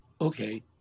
Okay